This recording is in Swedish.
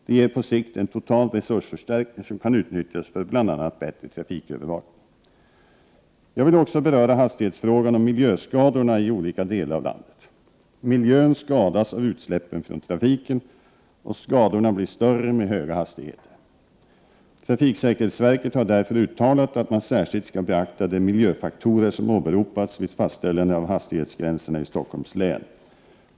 Det ger på sikt en total resursförstärkning som kan utnyttjas för bl.a. bättre trafikövervakning. Jag vill också beröra hastighetsfrågan och miljöskadorna i olika delar av landet. Miljön skadas av utsläppen från trafiken och skadorna blir större med höga hastigheter. Trafiksäkerhetsverket har därför uttalat att man särskilt skall beakta de miljöfaktorer som åberopats vid fastställande av hastighetsgränserna i Stockholms län.